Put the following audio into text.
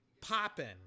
popping